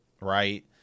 right